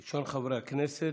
ראשון חברי הכנסת,